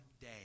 day